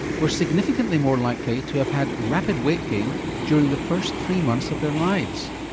was significantly more likely to have had rapid weight gain during the first three months of their lives.